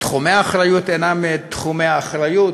תחומי האחריות אינם תחומי אחריות,